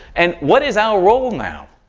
and what is our role now?